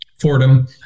Fordham